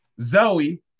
zoe